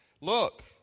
Look